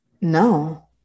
no